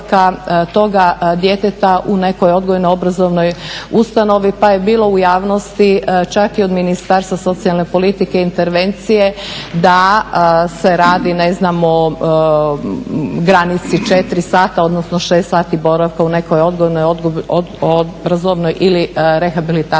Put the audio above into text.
toga djeteta u nekoj odgojno-obrazovnoj ustanovi pa je bilo u javnosti čak i od Ministarstva socijalne politike intervencije da se radi, ne znam, o granici četiri sata, odnosno šest sati boravka u nekoj odgojno-obrazovnoj ili rehabilitacijskoj